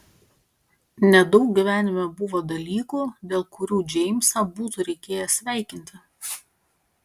nedaug gyvenime buvo dalykų dėl kurių džeimsą būtų reikėję sveikinti